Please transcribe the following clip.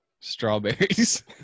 strawberries